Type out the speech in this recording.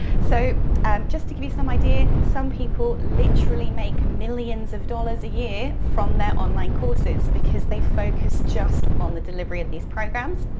so um just to give you some idea, some people literally make millions of dollars a year from their online courses because they focus just on the delivery of these programs.